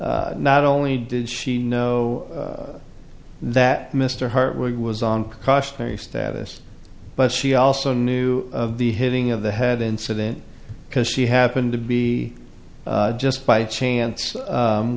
say not only did she know that mr hartwig was on cautionary status but she also knew of the hitting of the head incident because she happened to be just by chance